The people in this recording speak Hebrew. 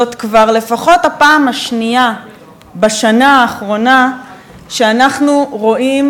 זאת כבר לפחות הפעם השנייה בשנה האחרונה שאנחנו רואים